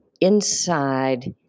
inside